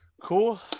Cool